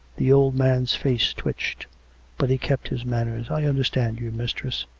the old man's face twitched but he kept his manners. i understand you, mistress.